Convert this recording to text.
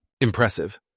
Impressive